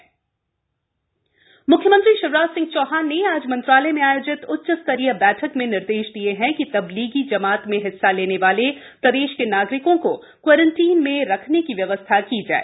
निर्देश जमात म्ख्यमंत्री शिवराज सिंह चौहान ने आज मंत्रालय में आयोजित उच्च स्तरीय बैठक में निर्देश दिए हैं कि तबलीग जमात में हिस्सा लेने वाले प्रदेश के नागरिकों को क्वॉरेन्टाइन में रखने की व्यवस्था की जाए